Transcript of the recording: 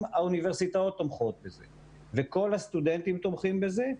האוניברסיטאות תומכות בזה וכל הסטודנטים תומכים בזה,